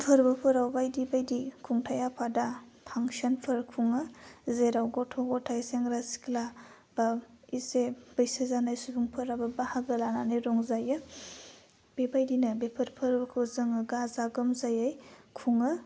फोरबो फोराव बायदि बायदि खुंथाइ आफादा फांसनफोर खुङो जेराव गथ' ग'थाइ सेंग्रा सिख्ला बा एसे बैसो जानाय सुबुंफोराबो बाहागो लानानै रंजायो बेबायदिनो बेफोर फोरखौ जोङो गाजा गोमजायै खुङो